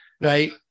Right